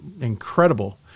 incredible